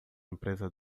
empresa